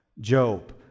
Job